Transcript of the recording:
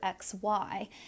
XY